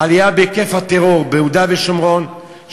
העלייה בהיקף הטרור ביהודה ושומרון: